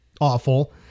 awful